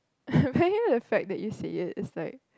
bearing the fact that you say it it's like